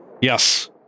Yes